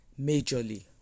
majorly